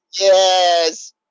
Yes